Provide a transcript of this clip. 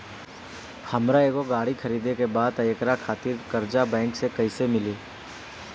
हमरा एगो गाड़ी खरीदे के बा त एकरा खातिर कर्जा बैंक से कईसे मिली?